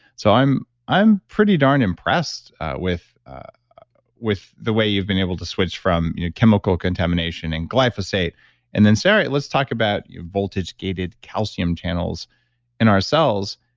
so i'm i'm pretty darn impressed with with the way you've been able to switch from chemical contamination and glyphosate and then say, all right, let's talk about your voltage-gated calcium channels in our cells.